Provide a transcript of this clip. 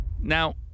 Now